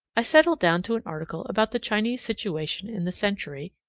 i settled down to an article about the chinese situation in the century,